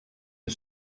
een